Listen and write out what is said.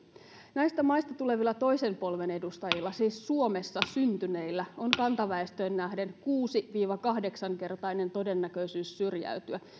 näistä maista tulevilla toisen polven edustajilla siis suomessa syntyneillä on kantaväestöön nähden kuusin kahdeksankertainen todennäköisyys syrjäytyä